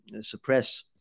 suppress